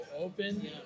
open